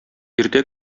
иртә